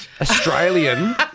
Australian